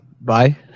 bye